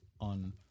on